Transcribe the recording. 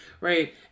right